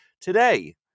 today